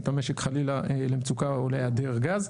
את המשק חלילה למצוקה או להיעדר גז.